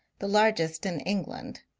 the largest in england,